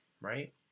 right